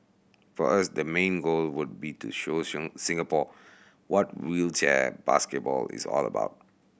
for us the main goal would be to show Singapore what wheelchair basketball is all about